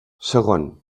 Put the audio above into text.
segon